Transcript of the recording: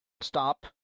Stop